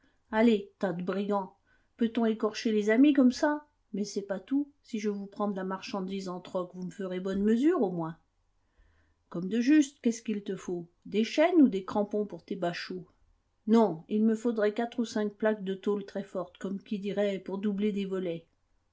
allez tas de brigands peut-on écorcher les amis comme ça mais c'est pas tout si je vous prends de la marchandise en troc vous me ferez bonne mesure au moins comme de juste qu'est-ce qu'il te faut des chaînes ou des crampons pour tes bachots non il me faudrait quatre ou cinq plaques de tôle très-forte comme qui dirait pour doubler des volets